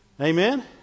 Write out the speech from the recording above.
Amen